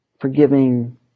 forgiving